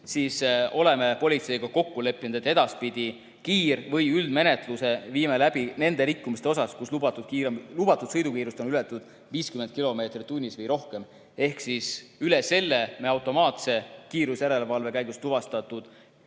tunnis, oleme politseiga kokku leppinud, et edaspidi viime kiir- või üldmenetluse läbi nende rikkumiste puhul, kus lubatud sõidukiirust on ületatud 50 kilomeetrit tunnis või rohkem. Ehk siis üle selle me automaatse kiirusjärelevalve käigus tuvastatud